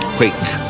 quake